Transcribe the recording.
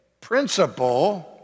principle